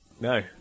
No